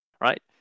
right